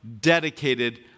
dedicated